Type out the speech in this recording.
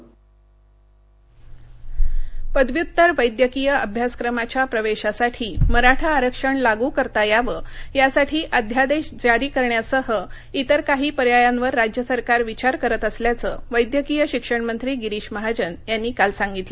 मराठा पदव्युत्तर वैद्यकीय अभ्यासक्रमाच्या प्रवेशासाठी मराठा आरक्षण लागू करता यावं यासाठी अध्यादेश जारी करण्यासह इतर काही पर्यायांवर राज्य सरकार विचार करत असल्याचं वैद्यकीय शिक्षणंत्री गिरीश महाजन यांनी काल सांगितलं